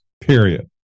period